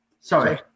Sorry